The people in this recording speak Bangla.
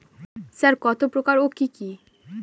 সার কত প্রকার ও কি কি?